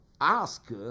ask